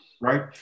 right